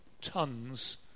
tons